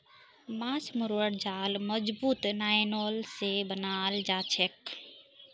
माछ मरवार जाल मजबूत नायलॉन स बनाल जाछेक